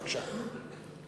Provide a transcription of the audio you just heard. בבקשה.